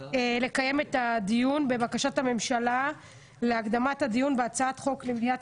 לקיים את הדיון בבקשת הממשלה להקדמת הדיון בהצעת חוק למניעת